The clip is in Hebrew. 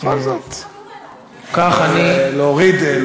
זה החוק שהוא חתום עליו, נו באמת להוריד מהדוכן?